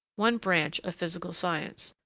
one branch of physical science.